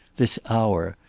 this hour,